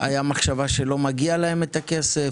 הייתה מחשבה שלא מגיע להם כסף?